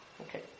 Okay